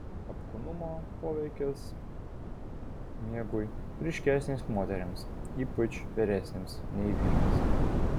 apkūnumo poveikis miegui ryškesnis moterims ypač vyresnėms nei vyrams